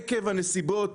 עקב הנסיבות,